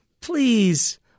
Please